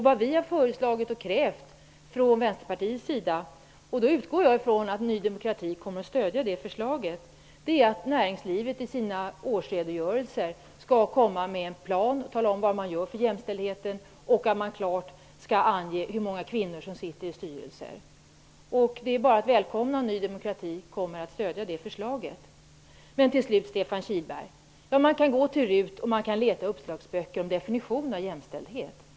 Vad vi från Vänsterpartiets sida har föreslagit och krävt -- jag utgår från att Ny demokrati nu kommer att stödja detta -- är att näringslivet i sina årsredogörelser skall lägga fram en plan där man talar om vad man skall göra för jämställdheten och klart skall ange hur många kvinnor som sitter i styrelserna. Det är bara att välkomna Ny demokrati att stödja detta förslag. Till slut, Stefan Kihlberg: Visst kan man vända sig till RUT och leta i uppslagsböcker efter definitioner av jämställdhet.